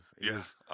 Yes